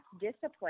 discipline